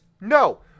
No